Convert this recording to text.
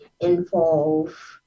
involve